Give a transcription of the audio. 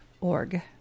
org